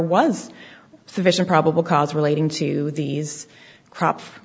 was sufficient probable cause relating to these crops